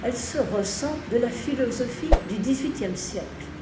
elle se ressent de la philosophie du dix-huitième siècle